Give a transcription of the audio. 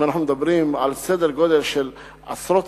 אם אנחנו מדברים על סדר-גודל של עשרות